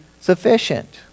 sufficient